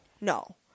no